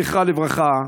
זיכרונה לברכה,